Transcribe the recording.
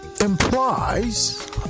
implies